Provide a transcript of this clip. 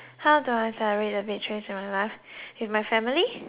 how do I my life with my family